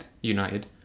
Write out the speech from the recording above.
United